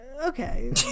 okay